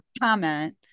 comment